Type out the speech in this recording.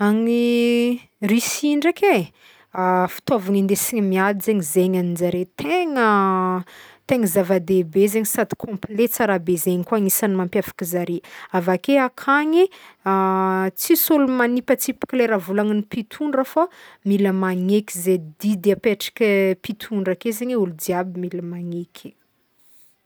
Agny Russie ndraiky e, fitaovagny hindesigny miady zegny zegny aminjare tegna tegny zava-dehibe zegny sady complet tsara be zegny koa agnisan'ny mampiavaky zare, avake akagny tsisy olo mampimpatsipaky le raha volagnign'ny mpitondra fô mila magneky ze didy apetraka mpitondra ake zegny olo jiaby mila magneky.